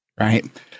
Right